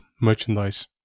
merchandise